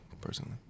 personally